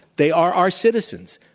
they are our citizens.